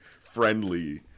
friendly